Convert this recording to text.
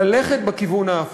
ללכת בכיוון ההפוך.